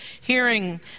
hearing